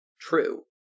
true